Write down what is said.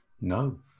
No